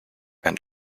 and